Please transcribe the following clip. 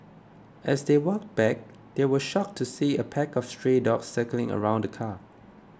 as they walked back they were shocked to see a pack of stray dogs circling around the car